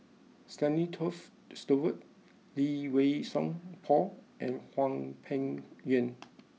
Stanley Toft Stewart Lee Wei Song Paul and Hwang Peng Yuan